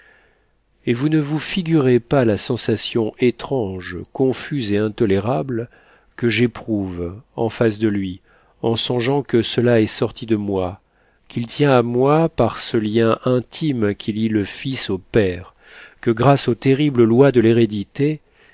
et vous ne vous figurez pas la sensation étrange confuse et intolérable que j'éprouve en face de lui en songeant que cela est sorti de moi qu'il tient à moi par ce lien intime qui lie le fils au père que grâce aux terribles lois de l'hérédité